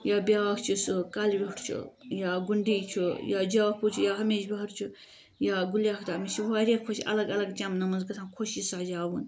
یا بیاکھ چھُ سُہ کَلہٕ وِیوٚٹھ چھُ یا گُنڑی چھُ یا جافُر چھُ یا ہَمیشہٕ بہار چھُ یا گُلہِ آختاب مےٚ چھُ یِم واریاہ خۄش الگ الگ چمنَن منٛز گَژھان خۄش یہِ سَجاوُن